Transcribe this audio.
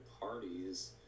parties